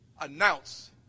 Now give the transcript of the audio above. announce